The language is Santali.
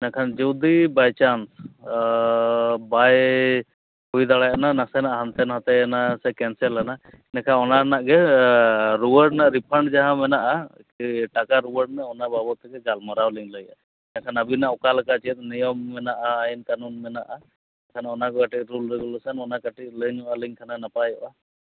ᱤᱱᱟᱹ ᱠᱷᱟᱱ ᱡᱩᱫᱤ ᱵᱟᱭ ᱪᱟᱱᱥ ᱵᱟᱭ ᱦᱩᱭᱫᱟᱲᱮᱭᱟᱜ ᱦᱩᱱᱟᱹᱜ ᱱᱟᱥᱮᱱᱟᱜ ᱦᱟᱱᱛᱮ ᱱᱟᱛᱮᱱᱟ ᱥᱮ ᱠᱮᱱᱥᱮᱞ ᱮᱱᱟ ᱤᱱᱟᱹᱠᱷᱟᱱ ᱚᱱᱟ ᱨᱮᱱᱟᱜ ᱜᱮ ᱨᱩᱭᱟᱹᱲ ᱨᱮᱱᱟᱜ ᱨᱤᱯᱷᱟᱱᱰ ᱡᱟᱦᱟᱸ ᱢᱮᱱᱟᱜᱼᱟ ᱴᱟᱠᱟ ᱨᱩᱭᱟᱹᱲ ᱨᱮᱱᱟᱜ ᱚᱱᱟ ᱵᱟᱵᱚᱫ ᱛᱮᱜᱮ ᱜᱟᱞᱢᱟᱨᱟᱣ ᱞᱤᱧ ᱞᱟᱹᱭᱮᱜᱼᱟ ᱮᱰᱮᱠᱷᱟᱱ ᱟᱹᱵᱤᱱᱟᱜ ᱚᱠᱟ ᱞᱮᱠᱟ ᱪᱮᱫ ᱱᱤᱭᱚᱢ ᱢᱮᱱᱟᱜᱼᱟ ᱟᱹᱭᱤᱱ ᱠᱟᱹᱱᱩᱱ ᱢᱮᱱᱟᱜᱼᱟ ᱮᱱᱠᱷᱟᱱ ᱚᱱᱟ ᱠᱚ ᱠᱟᱹᱴᱤᱡ ᱨᱩᱞ ᱨᱮᱜᱩᱞᱮᱥᱚᱱ ᱚᱱᱟ ᱠᱟᱹᱴᱤᱡ ᱞᱟᱹᱭ ᱧᱚᱜ ᱠᱷᱟᱱ ᱱᱟᱯᱟᱭᱚᱜᱼᱟ